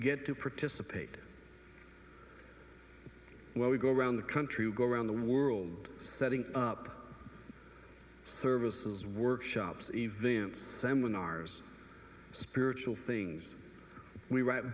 get to participate where we go around the country go around the world setting up services workshops events seminars spiritual things we writ